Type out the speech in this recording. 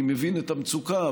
אני מבין את המצוקה,